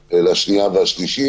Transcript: הקריאה השנייה והשלישית,